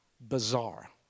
bizarre